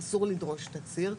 אסור לדרוש תצהיר.